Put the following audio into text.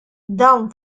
dawn